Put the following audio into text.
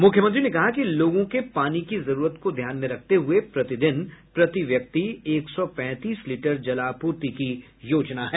मुख्यमंत्री ने कहा कि लोगों के पानी की जरूरत को ध्यान में रखते हुए प्रतिदिन प्रति व्यक्ति एक सौ पैंतीस लीटर जलापूर्ति की योजना है